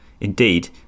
indeed